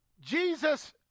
Jesus